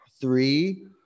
Three